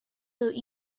though